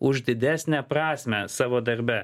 už didesnę prasmę savo darbe